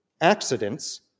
accidents